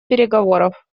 переговоров